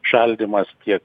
šaldymas tiek